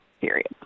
Period